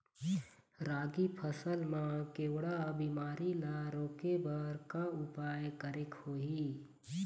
रागी फसल मा केवड़ा बीमारी ला रोके बर का उपाय करेक होही?